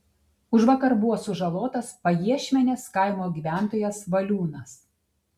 užvakar buvo sužalotas pajiešmenės kaimo gyventojas valiūnas